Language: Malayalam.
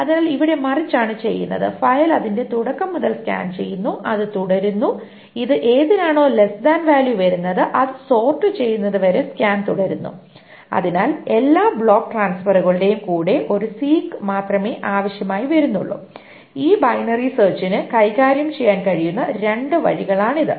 അതിനാൽ ഇവിടെ മറിച്ചാണ് ചെയ്യുന്നത് ഫയൽ അതിന്റെ തുടക്കം മുതൽ സ്കാൻ ചെയ്യുന്നു അത് തുടരുന്നു ഇത് ഏതിനാണോ ലെസ്സ് താൻ വാല്യൂ വരുന്നത് അത് സോർട് ചെയ്യുന്നത് വരെ സ്കാൻ തുടരുന്നു അതിനാൽ എല്ലാ ബ്ലോക്ക് ട്രാൻസ്ഫറുകളുടെയും കൂടെ ഒരു സീക് മാത്രമേ ആവശ്യമായി വരുന്നുള്ളൂ ഈ ബൈനറി സെർച്ചിനു കൈകാര്യം ചെയ്യാൻ കഴിയുന്ന രണ്ട് വഴികളാണിത്